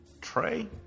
Trey